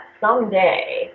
someday